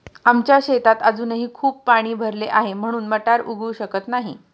आमच्या शेतात अजूनही खूप पाणी भरले आहे, म्हणून मटार उगवू शकत नाही